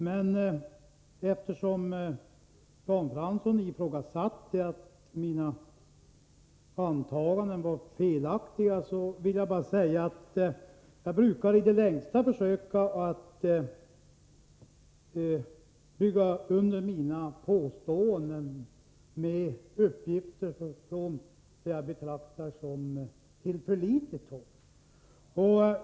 Men eftersom Jan Fransson ifrågasatte att mina antaganden var felaktiga vill jag bara säga att jag brukar försöka i det längsta att bygga under mina påståenden med uppgifter från det jag betraktar som tillförlitligt håll.